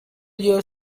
your